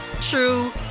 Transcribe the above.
true